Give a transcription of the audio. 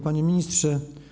Panie Ministrze!